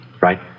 Right